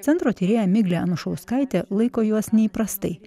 centro tyrėja miglė anušauskaitė laiko juos neįprastai